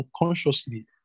unconsciously